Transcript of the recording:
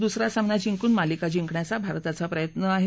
दुसरा सामना जिंकून मालिका जिंकण्याचा भारताचा प्रयत्न असेल